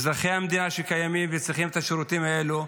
ואזרחי המדינה קיימים וצריכים את השירותים האלה,